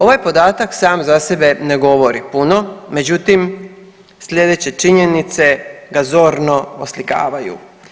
Ovaj podatak sam za sebe ne govori puno, međutim sljedeće činjenice ga zorno oslikavaju.